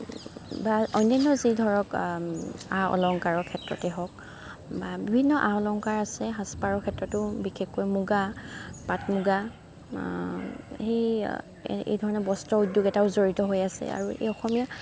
বা অন্যান্য যি ধৰক আ অলংকাৰৰ ক্ষেত্ৰতেই হওক বা বিভিন্ন আ অলংকাৰ আছে সাজপাৰৰ ক্ষেত্ৰতো বিশেষকৈ মূগা পাট মূগা সেই এই ধৰণে বস্ত্ৰ উদ্যোগ এটাও জড়িত হৈ আছে আৰু এই অসমীয়া